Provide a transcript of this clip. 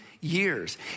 years